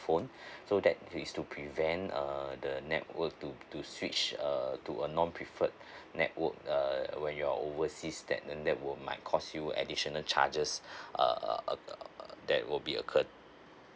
phone so that it's to prevent err the network to to switch uh to a non-preferred network uh when you're overseas then that would might cause you additional charges err that will be occurred